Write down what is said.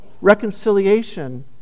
reconciliation